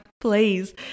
please